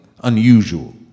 unusual